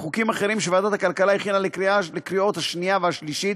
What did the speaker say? בחוקים אחרים שוועדת הכלכלה הכינה לקריאות השנייה והשלישית